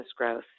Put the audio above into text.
businessgrowth